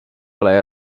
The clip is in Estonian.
ole